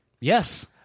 Yes